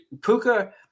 Puka